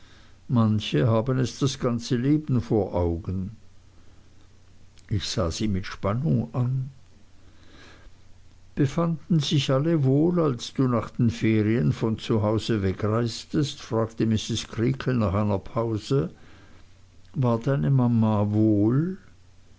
manche haben es das ganze leben vor augen ich sah sie mit spannung an befanden sich alle wohl als du nach den ferien von hause wegreistest fragte mrs creakle nach einer pause war deine mama wohl